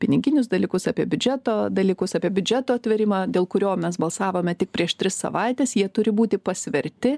piniginius dalykus apie biudžeto dalykus apie biudžeto tvėrimą dėl kurio mes balsavome tik prieš tris savaites jie turi būti pasverti